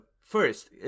First